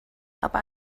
aber